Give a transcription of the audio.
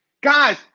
Guys